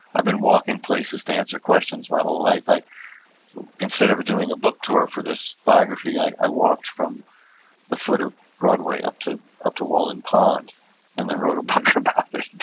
i've been walking places to answer questions my whole life. instead of doing a book tour for this biography, i walked from the foot of broadway up to up to walden pond and then wrote a book about it